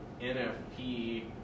NFP